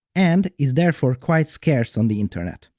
and is therefore quite scarce on the internet.